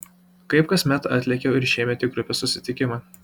kaip kasmet atlėkiau ir šiemet į grupės susitikimą